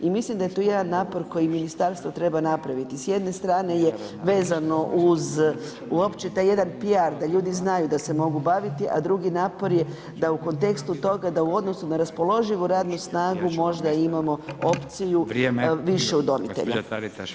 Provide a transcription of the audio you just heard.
I mislim da je tu jedan napor koji ministarstvo treba napraviti, s jedne strane je vezano uopće taj jedan PR da ljudi znaju da se mogu baviti, a drugi napor je da u kontekstu toga, da u odnosu na raspoloživu radnu snagu možda imamo opciju više udomitelja.